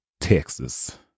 texas